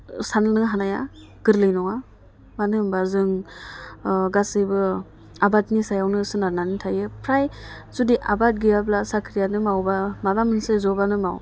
साननो हानाया गोरलै नङा मानो होनबा जों गासैबो आबादनि सायावनो सोनारनानै थायो फ्राइ जुदि आबाद गैयाब्ला साख्रियानो माव बा माबा मोनसे जबानो माव